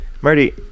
marty